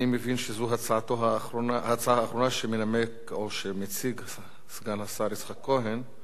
אני מבין שזו ההצעה האחרונה שמנמק או שמציג סגן השר יצחק כהן.